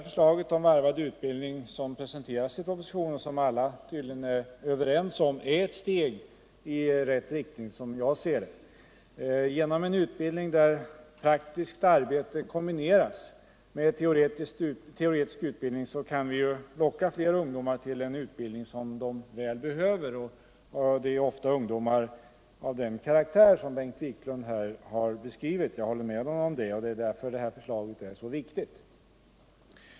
Förslaget om varvad utbildning, som presenteras i propositionen och som alla tydligen är överens om, är ett steg i rätt riktning, som jag ser det. Genom en utbildning där praktiskt arbete kombineras med tcoretisk utbildning kan vi locka fler ungdomar till en utbildning som de väl behöver, och det är ofta sådana ungdomar som Bengt Wiklund här beskrev. Jag håller med honom om det - det är därför förslaget är så viktigt.